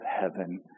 heaven